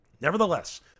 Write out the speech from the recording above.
Nevertheless